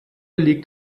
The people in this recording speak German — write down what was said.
liegt